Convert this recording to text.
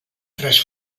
tres